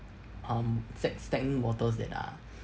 um stag~ stagnant waters that are